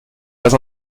pas